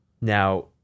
Now